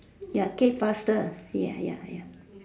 ya cake faster ya ya ya